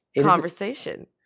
conversation